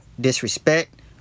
disrespect